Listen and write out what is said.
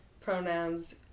pronouns